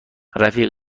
رفیق